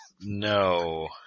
No